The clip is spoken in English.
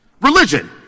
religion